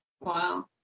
Wow